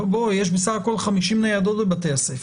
בסך הכול יש 50 ניידות בבתי הספר.